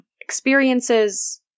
experiences